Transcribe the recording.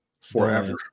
forever